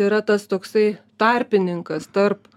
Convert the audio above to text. yra tas toksai tarpininkas tarp